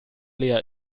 lea